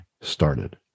started